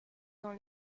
dans